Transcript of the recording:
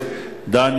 אדוני היושב-ראש,